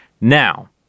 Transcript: Now